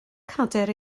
cadair